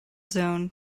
zone